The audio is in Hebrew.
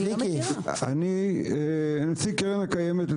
אני נציג הקרן הקיימת,